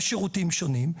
בשירותים שונים,